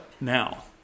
now